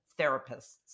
therapists